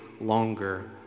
longer